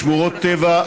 שמורות טבע,